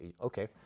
Okay